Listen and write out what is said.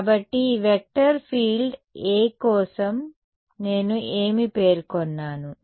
కాబట్టి ఈ vector field A కోసం నేను ఏమి పేర్కొన్నాను